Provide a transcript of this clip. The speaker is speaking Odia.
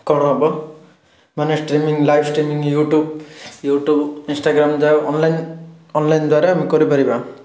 କ'ଣ ହେବ ମାନେ streaming live streaming YouTube YouTube Instagram ଯାହା ହେଉ ଅନଲାଇନ୍ ଅନଲାଇନ୍ ଦ୍ୱାରା ଆମେ କରିପାରିବା